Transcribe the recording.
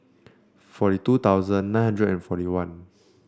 forty two thousand nine hundred and forty one